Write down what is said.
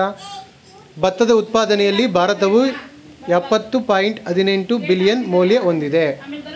ಭತ್ತದ ಉತ್ಪಾದನೆಯಲ್ಲಿ ಭಾರತವು ಯಪ್ಪತ್ತು ಪಾಯಿಂಟ್ ಹದಿನೆಂಟು ಬಿಲಿಯನ್ ಮೌಲ್ಯ ಹೊಂದಿದೆ